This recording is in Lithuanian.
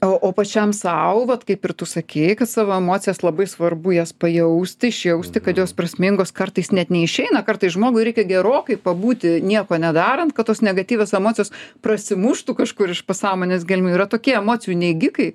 o o pačiam sau vat kaip ir tu sakei kad savo emocijas labai svarbu jas pajausti išjausti kad jos prasmingos kartais net neišeina kartais žmogui reikia gerokai pabūti nieko nedarant kad tos negatyvios emocijos prasimuštų kažkur iš pasąmonės gelmių yra tokie emocijų neigikai